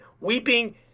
weeping